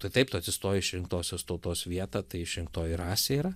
tai taip tu atsistojai į išrinktosios tautos vietą tai išrinktoji rasė yra